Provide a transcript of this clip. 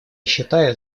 считает